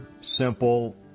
simple